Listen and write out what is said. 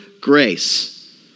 grace